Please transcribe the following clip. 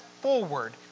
forward